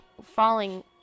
falling